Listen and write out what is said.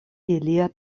ilia